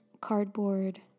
cardboard